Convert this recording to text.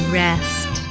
rest